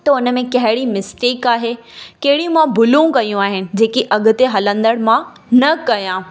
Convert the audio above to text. त उन में कहिड़ी मिस्टेक आहे कहिड़ी मां भुलूं कयूं आहिनि जेकी अॻिते हलंदड़ मां न कयां